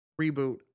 reboot